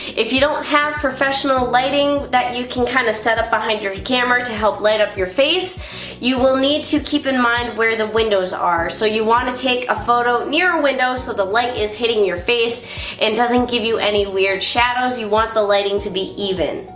if you don't have professional lighting that and you can kind of set up behind your camera to help light up your face you will need to keep in mind where the windows are, so you want to take a photo near a window so the light is hitting your face and doesn't give you any weird shadows, you want the lighting to be even.